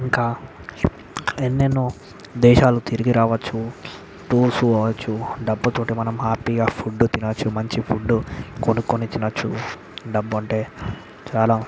ఇంకా ఎన్నెనో దేశాలు తిరిగి రావచ్చు టూర్స్ పోవచ్చు డబ్బుతోటే మనం హ్యాపీగా ఫుడ్ తినవచ్చు మంచి ఫుడ్ కొనుక్కొని తినవచ్చు డబ్బు అంటే చాలా